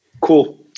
Cool